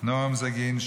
נועה אומזגין,